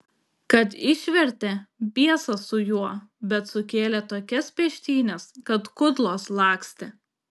kad išvertė biesas su juo bet sukėlė tokias peštynes kad kudlos lakstė